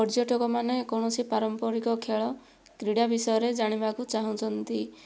ପର୍ଯ୍ୟଟକମାନେ କୌଣସି ପାରମ୍ପରିକ ଖେଳ କ୍ରୀଡ଼ା ବିଷୟରେ ଜାଣିବାକୁ ଚାହୁଁଛନ୍ତି